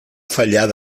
fallar